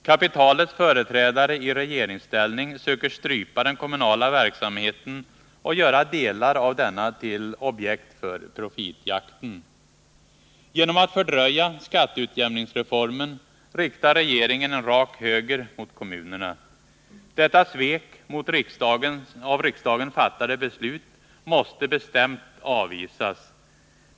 Kapitalets företrädare i regeringsställning söker strypa den kommunala verksamheten och göra delar av denna till objekt för profitjakten. Genom att fördröja skatteutjämningsreformen riktar regeringen en rak höger mot kommunerna. Detta svek mot av riksdagen fattade beslut måste bestämt avvisas.